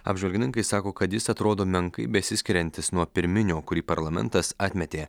apžvalgininkai sako kad jis atrodo menkai besiskiriantis nuo pirminio kurį parlamentas atmetė